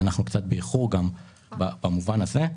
אנחנו קצת באיחור במובן הזה.